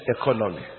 economy